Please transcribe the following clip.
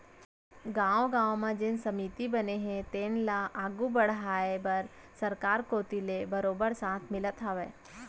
गाँव गाँव म जेन समिति बने हे तेन ल आघू बड़हाय बर सरकार कोती ले बरोबर साथ मिलत हावय